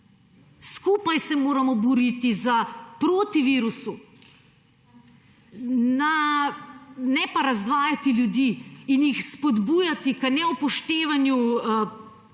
Skupaj se moramo boriti proti virusu, ne pa razdvajati ljudi in jih spodbujati k neupoštevanju